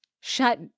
shut